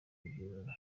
kugira